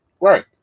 Right